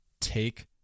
take